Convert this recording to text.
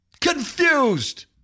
confused